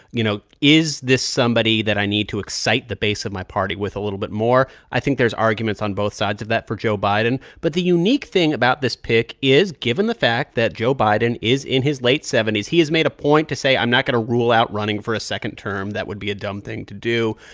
you know, is this somebody that i need to excite the base of my party with a little bit more? i think there's arguments on both sides of that for joe biden. but the unique thing about this pick is, given the fact that joe biden is in his late seventy s, he has made a point to say, i'm not going to rule out running for a second term. that would be a dumb thing to do.